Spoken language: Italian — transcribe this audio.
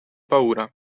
paura